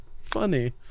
Funny